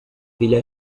filla